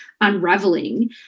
unraveling